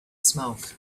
smoke